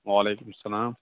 وعلیکُم سلام